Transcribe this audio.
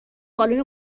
بالن